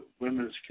Women's